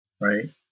right